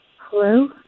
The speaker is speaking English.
Hello